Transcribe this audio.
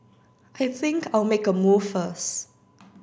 I think I'll make a move first